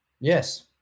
yes